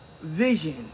vision